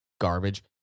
Garbage